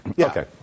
Okay